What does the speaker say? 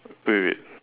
wait wait